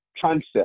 concept